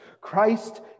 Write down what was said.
Christ